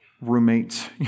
roommates